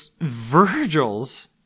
Virgil's